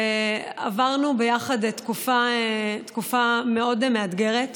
ועברנו ביחד תקופה מאוד מאתגרת.